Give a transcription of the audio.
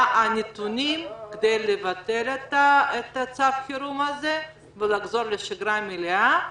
מה הנתונים כדי לבטל את צו החירום הזה ולחזור לשגרה מלאה?